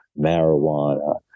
marijuana